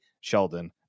Sheldon